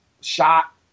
shot